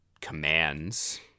commands